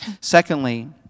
Secondly